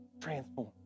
transform